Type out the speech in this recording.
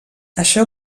això